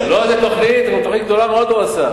לא תוכנית, תוכנית גדולה מאוד הוא עשה.